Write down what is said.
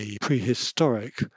prehistoric